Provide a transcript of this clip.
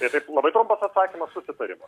tai taip labai trumpas atsakymas susitarimas